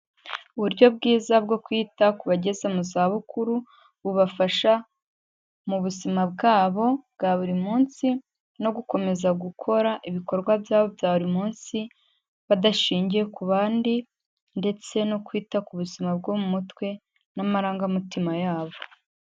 Uburyo bwiza bwo kwita ku bageze mu zabukuru bubafasha mu buzima bwabo bwa buri munsi, no gukomeza gukora ibikorwa byabo bya buri munsi, badashingiye ku bandi ndetse no kwita ku buzima bwo mu mutwe n'amarangamutima yabo.